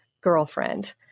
girlfriend